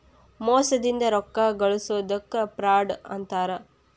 ಮೋಸದಿಂದ ರೊಕ್ಕಾ ಗಳ್ಸೊದಕ್ಕ ಫ್ರಾಡ್ ಅಂತಾರ